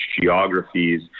geographies